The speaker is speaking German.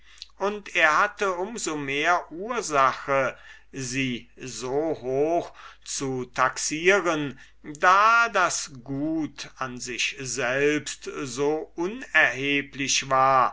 und er hatte um so mehr ursache sie so hoch zu taxieren da das gut an sich selbst so unerheblich war